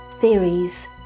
theories